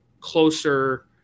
closer